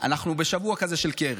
אנחנו בשבוע כזה של קרן.